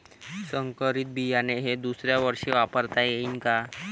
संकरीत बियाणे हे दुसऱ्यावर्षी वापरता येईन का?